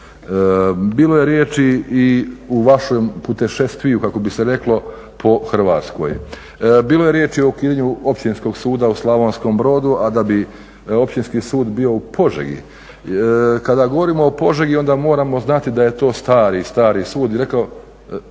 bilo je riječi i u vašem … kako bi se reklo, po Hrvatskoj. Bilo je riječi i o ukidanju općinskog suda u Slavonskom Brodu, a da bi općinski sud bio u Požegi. Kada govorimo o Požegi onda moramo znati da je to stari, stari sud